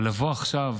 אבל לבוא עכשיו